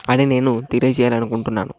అని నేను తెలియజేయాలనుకుంటున్నాను